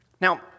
Now